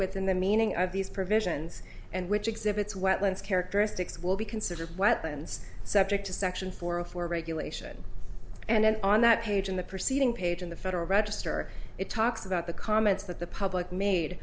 within the meaning of these provisions and which exhibits wetlands characteristics will be considered weapons subject to section four of four regulation and on that page in the preceding page in the federal register it talks about the comments that the public made